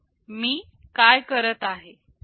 मी काय करत आहे